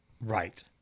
Right